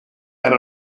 and